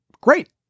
Great